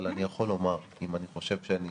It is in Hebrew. אבל אני יכול לומר אם אני חושב שאני